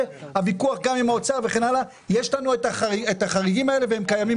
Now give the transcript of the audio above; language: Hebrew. הוויכוח גם עם האוצר וכן הלאה - יש לנו החריגים והם קיימים,